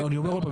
אני אומר פעם,